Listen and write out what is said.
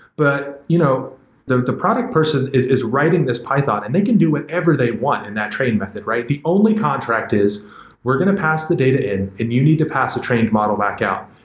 but, you know the the product person is is writing this python, and they can do whatever they want in that train method, right? the only contract is we're going to pass the data in and you need to pass the trained model back out.